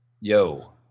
Yo